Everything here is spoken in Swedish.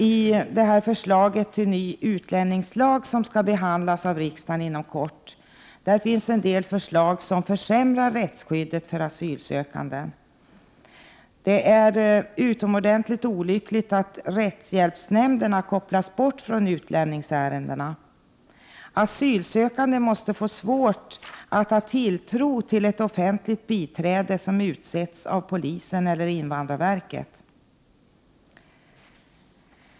I förslaget till ny utlänningslag som inom kort skall behandlas av riksdagen finns en del förslag som försämrar rättsskyddet för asylsökanden. Det är utomordentligt olyckligt att rättshjälpsnämnderna kopplas bort från utlänningsärendena. Asylsökande måste få svårt att ha tilltro till ett offentligt biträde som utsetts av polisen eller invandrarverket.